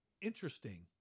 Interesting